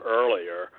earlier